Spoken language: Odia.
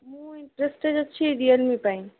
ମୁଁ ଇଣ୍ଟରେଷ୍ଟେଡ଼୍ ଅଛି ରିୟଲ୍ମି ପାଇଁ